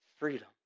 Freedom